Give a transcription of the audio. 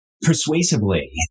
persuasively